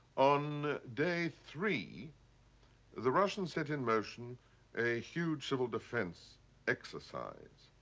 on day three the russians set in motion a huge civil defense exercise.